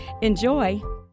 Enjoy